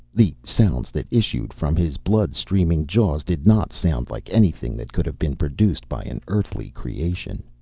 the sounds that issued from his blood-streaming jaws did not sound like anything that could have been produced by an earthly creation.